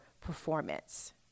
performance